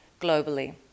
globally